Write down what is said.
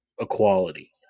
equality